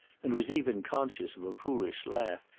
and was even conscious of a foolish laugh,